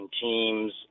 teams